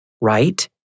right